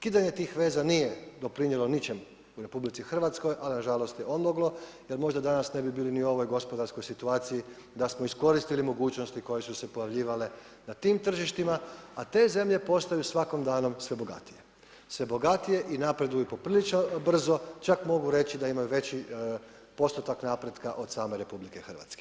Kidanje tih veza nije doprinijelo ničem u RH ali nažalost je odmoglo, jer možda danas ne bi bili ni u ovoj gospodarskoj situaciji da smo iskoristili mogućnosti koje su se pojavljivale na tim tržištima a te zemlje postaju svakim danom sve bogatije, sve bogatije i napreduju poprilično brzo, čak mogu reći da imaju veći postotak napretka od same RH.